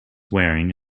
wearing